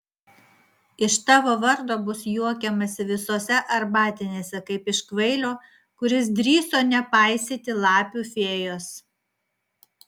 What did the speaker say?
iš tavo vardo bus juokiamasi visose arbatinėse kaip iš kvailio kuris drįso nepaisyti lapių fėjos